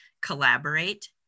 collaborate